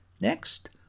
Next